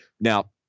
Now